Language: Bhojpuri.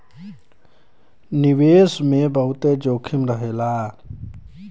निवेश मे बहुते जोखिम रहेला